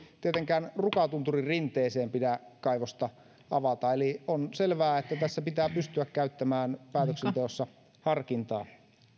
tietenkään rukatunturin rinteeseen pidä kaivosta avata eli on selvää että tässä pitää pystyä käyttämään päätöksenteossa harkintaa